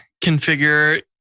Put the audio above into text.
configure